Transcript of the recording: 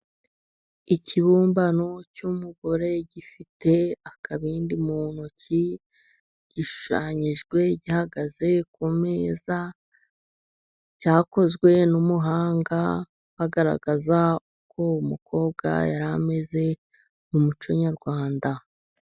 Ikibumbano cy'umugore, gifite akabindi mu ntoki, gishushanyijwe gihagaze ku meza, cyakozwe n'umuhanga, agaragaza uko umukobwa yari ameze mu muco nyarwanda.